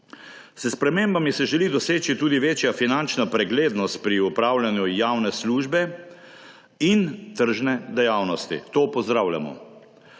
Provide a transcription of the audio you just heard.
S spremembami se želi doseči tudi večja finančna preglednost pri opravljanju javne službe in tržne dejavnosti. To pozdravljamo.